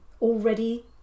already